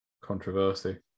Controversy